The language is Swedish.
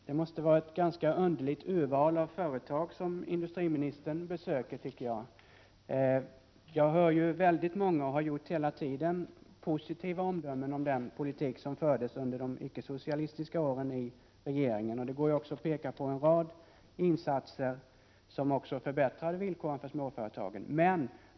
Fru talman! Det måste vara ett ganska underligt urval av företag som industriministern besöker. Jag hör nämligen väldigt många — och det har jag gjort hela tiden — positiva omdömen om den politik som fördes under de icke socialistiska åren i regeringen. Det går också att peka på en rad insatser som förbättrade villkoren för småföretagen.